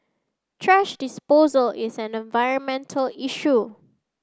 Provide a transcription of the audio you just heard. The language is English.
thrash disposal is an environmental issue